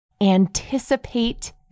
anticipate